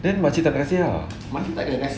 then makcik tak nak kasi ah